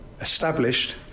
established